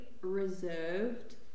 reserved